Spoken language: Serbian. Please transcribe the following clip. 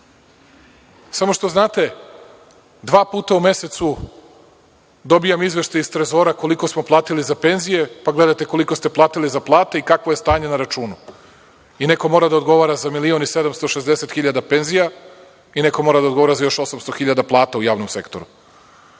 Samo što, znate, dva puta u mesecu dobijam izveštaj iz Trezora koliko smo platili za penzije, pa gledate koliko ste platili za plate i kakvo je stanje na računu. Neko mora da odgovara za 1.760.000 penzija i neko mora da odgovara za još 800.000 plata u javnom sektoru.